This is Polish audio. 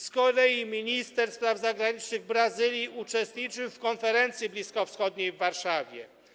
Z kolei minister spraw zagranicznych Brazylii uczestniczył w konferencji bliskowschodniej w Warszawie.